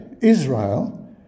Israel